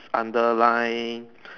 underline